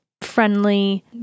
Friendly